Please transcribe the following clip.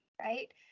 right